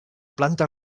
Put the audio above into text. planta